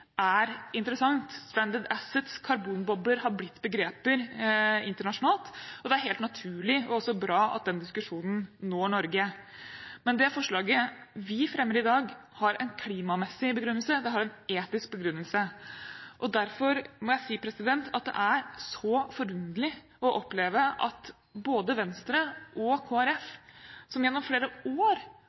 er interessant. «Stranded assets» og «carbon bubbles» har blitt begreper internasjonalt, og det er helt naturlig og også bra at den diskusjonen når Norge. Men det forslaget vi fremmer i dag, har en klimamessig begrunnelse, det har en etisk begrunnelse. Derfor må jeg si at det er så forunderlig å oppleve at både Venstre og Kristelig Folkeparti, som gjennom flere år